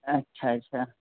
अच्छा छा छा